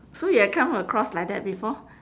so you have come across like that before